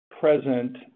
present